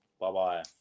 Bye-bye